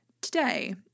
today